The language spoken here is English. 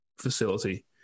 facility